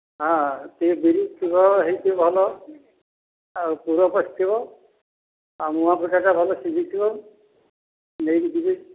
ହଁ ସେ ବିରି ପୁର ହୋଇଛି ଭଲ ଆଉ ପୁର ପଶିଥିବ ଆଉ ମୁଆଁ ପିଠାଟା ଭଲ ସିଝିଥିବ ନେଇକି ଯିବି